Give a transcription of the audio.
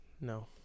No